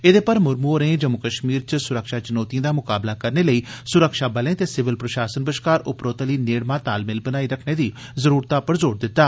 एह्दे पर मुर्मू होरें जम्मू कष्मीर च सुरक्षा चुनोतिएं दा मकाबला करने लेई सुरक्षाबलें ते सिविल प्रषासन बष्कार उपरोतली नेड़मा तालमेल बनाई रखने दी जरूरतै पर जोर दित्ता